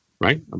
Right